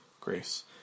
Grace